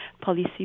policy